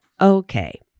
okay